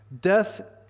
Death